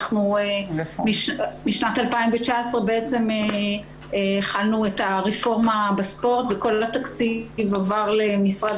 אנחנו משנת 2019 התחלנו את הרפורמה בספורט וכל התקציב עבר למשרד